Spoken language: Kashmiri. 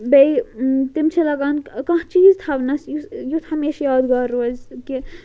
بیٚیہِ تِم چھِ لَگان کانٛہہ چیٖز تھاونَس یُس یُتھ ہمیشہ یادگار روزِ کہِ